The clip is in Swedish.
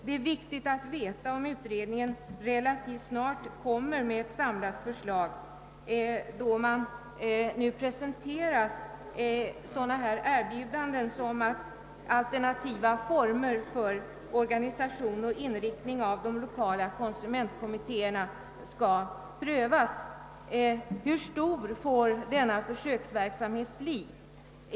Det är viktigt att veta om utredningen relativt snart kommer att framlägga ett samlat förslag när det nu i avvaktan på utredningen erbjudes fortsatta försök med alternativa former för organisation och inriktning av de lokala konsumentkommittéerna. Hur stor får denna försöksverksamhet bli?